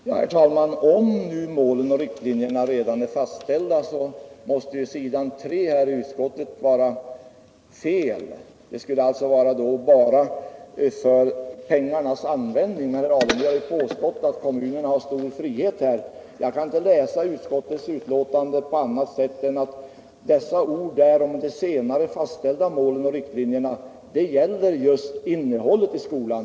Herr talman! Om nu mål och riktlinjer redan är fastställda måste ju det som står på s. 3 i utskollsbetänkandet vara fel. Det skulle då bara gälla pengarnas användning. Herr Alemyr har påstått att kommunen har större frihet. Jag kan inte läsa utskottets betänkande på annat sätt än att dessa ord om de fastställda målen och riktlinjerna gäller just innehållet i skolan.